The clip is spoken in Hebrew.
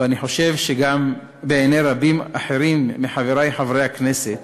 ואני חושב שגם בעיני רבים אחרים מחברי חברי הכנסת,